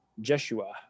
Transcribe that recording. Joshua